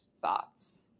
thoughts